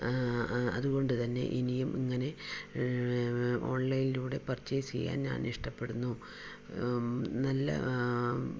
അതുകൊണ്ടുതന്നെ ഇനിയും ഇങ്ങനെ ഓൺലൈനിലൂടെ പർച്ചേയ്സ് ചെയ്യാൻ ഞാനിഷ്ടപ്പെടുന്നു നല്ല